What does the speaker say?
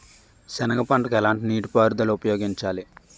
సెనగ పంటకు ఎలాంటి నీటిపారుదల ఉపయోగించాలి?